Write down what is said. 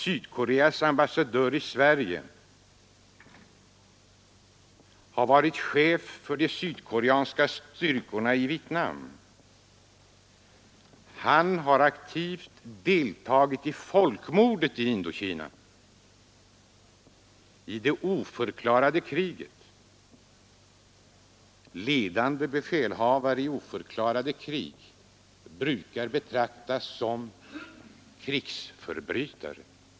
Sydkoreas ambassadör i Sverige har varit chef för de sydkoreanska styrkorna i Vietnam — han har aktivt deltagit i folkmordet i Indokina, i det oförklarade kriget! Ledande befälhavare i oförklarade krig brukar betraktas som krigsförbrytare.